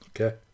Okay